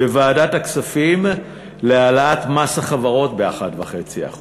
בוועדת הכספים להעלאת מס החברות ב-1.5%,